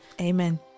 amen